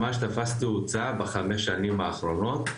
ממש תפס תאוצה בחמש השנים האחרונות,